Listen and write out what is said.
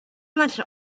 matchs